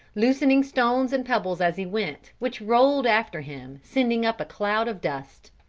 loosening stones and pebbles as he went, which rolled after him sending up a cloud of dust.